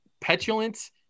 petulant